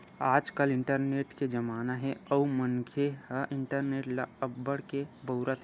आजकाल इंटरनेट के जमाना हे अउ मनखे ह इंटरनेट ल अब्बड़ के बउरत हे